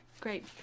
Great